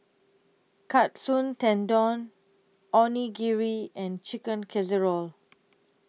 Katsu Tendon Onigiri and Chicken Casserole